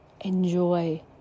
Enjoy